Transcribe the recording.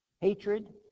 hatred